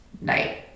night